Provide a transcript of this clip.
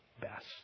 best